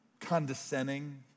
condescending